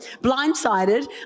blindsided